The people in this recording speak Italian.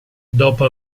dopo